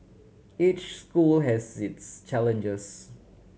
each school has its challenges